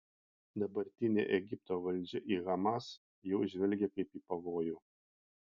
dabartinė egipto valdžia į hamas jau žvelgia kaip į pavojų